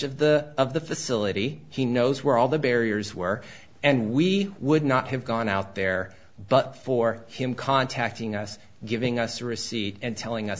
of the of the facility he knows where all the barriers were and we would not have gone out there but for him contacting us giving us a receipt and telling us